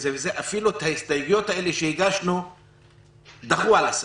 אפילו את ההסתייגויות האלה שהגשנו דחו על הסף.